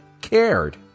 cared